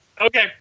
Okay